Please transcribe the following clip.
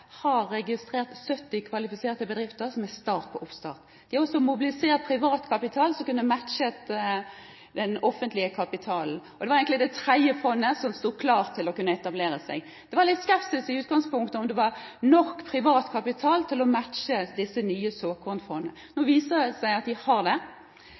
har registrert 70 kvalifiserte bedrifter som er klare til oppstart. De har også mobilisert privat kapital som kunne ha matchet den offentlige kapitalen, og dette var egentlig det tredje fondet som sto klart til å kunne etablere seg. Det var i utgangspunktet litt skepsis til om det var nok privat kapital til å matche disse nye såkornfondene. Nå viser det